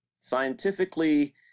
Scientifically